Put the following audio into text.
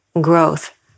growth